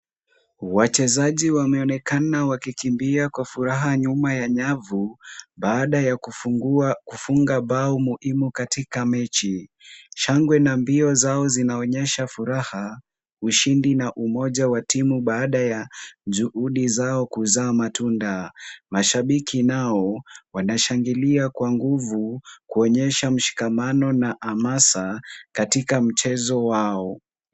Wachezaji wameonekana wakikimbia kwa furaha nyuma ya nyavu baada ya kufunga bao muhimu katika mechi. Shangwe na mbio zao zinaonyesha furaha, ushindi na umoja wa timu baada ya juhudi zao kuzaa matunda. Mashabiki nao wanashangilia kwa nguvu kuonyesha mshikamano na hamasa katika mchezo wao.